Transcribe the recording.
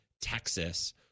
texas